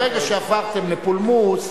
ברגע שעברתם לפולמוס,